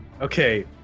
Okay